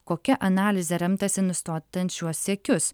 kokia analizė remtasi nustotant šiuos siekius